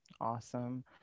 awesome